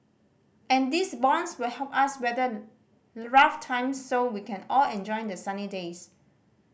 and these bonds will help us weather rough times so we can all enjoy the sunny days